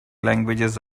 languages